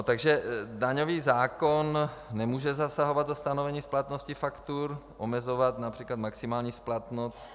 Takže daňový zákon nemůže zasahovat do stanovení splatnosti faktur, omezovat např. maximální splatnost.